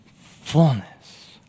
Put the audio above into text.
fullness